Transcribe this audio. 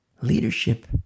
Leadership